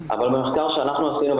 אבל במחקר שאנחנו עשינו,